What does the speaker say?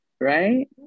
right